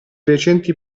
recenti